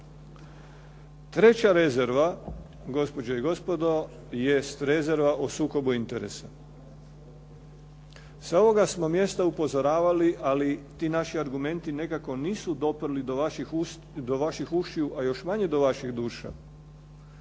Treća rezerva, gospođe i gospodo jest rezerva o sukobu interesa. Sa ovoga smo mjesta upozoravali ali ti naši argumenti nekako nisu dospjeli do vaših ušiju a još manje do vaših duša